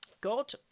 God